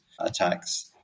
attacks